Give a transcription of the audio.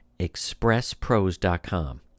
expresspros.com